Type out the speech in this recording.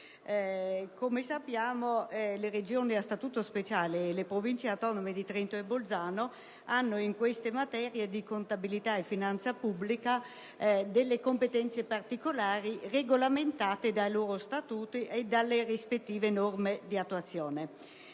Come sappiamo, le Regioni a Statuto speciale e le Province autonome di Trento e Bolzano hanno, nelle materie di contabilità e finanza pubblica, competenze particolari regolamentate dai loro Statuti e dalle rispettive norme di attuazione.